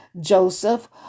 Joseph